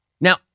Now